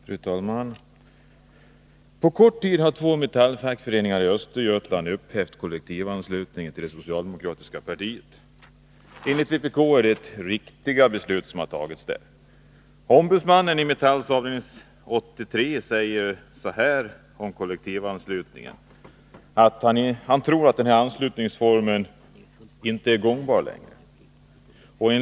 Fru talman! På kort tid har två Metallfackföreningar i Östergötland upphävt kollektivanslutningen till det socialdemokratiska partiet. Enligt vpk är det ett riktigt beslut som har tagits. Ombudsmannen i Metalls avdelning 83 säger att kollektivanslutningen är en anslutningsform som inte är gångbar längre.